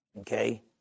Okay